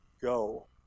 go